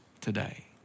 today